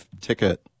ticket